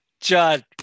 John